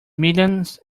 millions